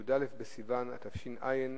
י"א בסיוון התש"ע,